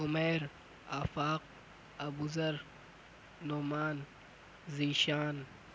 Umair Afaq Abuzar Noman Zeeshan